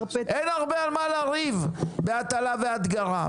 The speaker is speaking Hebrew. אין הרבה על מה לריב בהטלה והדגרה,